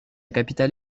capitale